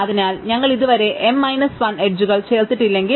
അതിനാൽ ഞങ്ങൾ ഇതുവരെ n മൈനസ് 1 എഡ്ജുകൾ ചേർത്തിട്ടില്ലെങ്കിൽ